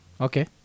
Okay